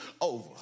over